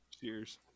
cheers